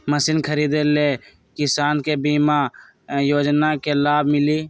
Machine खरीदे ले किसान के बीमा योजना के लाभ मिली?